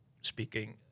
speaking